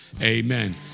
Amen